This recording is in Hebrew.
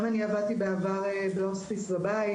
גם אני עבדתי בעבר בהוספיס בבית.